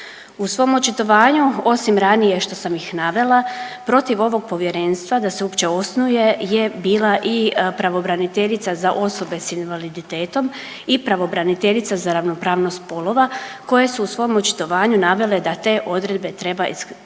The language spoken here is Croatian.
U svom očitovanju osim ranije što sam ih navela protiv ovog povjerenstva da se uopće osnuje je bila i pravobraniteljica za osobe sa invaliditetom i pravobraniteljica za ravnopravnost spolova koje su u svom očitovanju navele da te odredbe treba, da treba ih